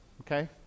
okay